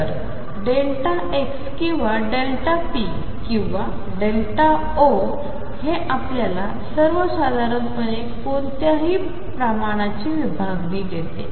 तर x किंवा p किंवा O हे आपल्याला सर्वसाधारणपणे कोणत्याही प्रमाणची विभागणी देते